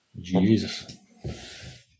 jesus